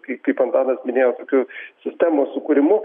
kai kaip antanas minėjo tokiu sistemos sukūrimu